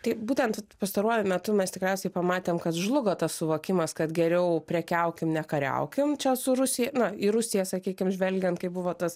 tai būtent pastaruoju metu mes tikriausiai pamatėm kad žlugo tas suvokimas kad geriau prekiaukim nekariaukim čia su rusija na į rusiją sakykim žvelgiant kai buvo tas